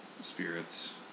spirits